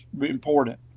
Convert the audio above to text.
important